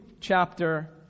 chapter